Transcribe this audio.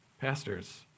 pastors